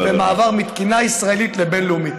במעבר מתקינה ישראלית לבין-לאומית.